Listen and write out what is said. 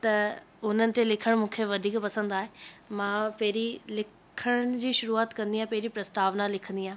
त उन्हनि ते लिखण मूंखे वधीक पसंदि आहे मां पहिरीं लिखण जी शुरूआत कंदी आहे पहिरीं प्रस्तावना लिखंदी आहे